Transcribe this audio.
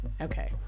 okay